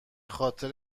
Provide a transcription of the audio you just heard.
خاطر